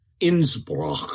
Innsbruck